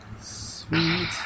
Sweet